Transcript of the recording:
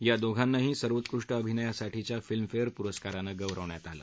या दोघां नाही सर्वोत्कृष्ट अभिनयासाठीच्या फिल्मफेअर पुरस्कारानं गौरवण्यात आलं